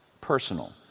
Personal